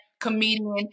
comedian